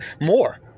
more